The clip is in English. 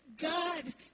God